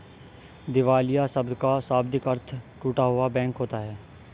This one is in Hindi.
दिवालिया शब्द का शाब्दिक अर्थ टूटा हुआ बैंक होता है